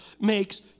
makes